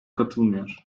katılmıyor